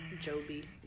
Joby